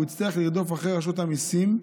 הוא יצטרך לרדוף אחרי רשות המיסים.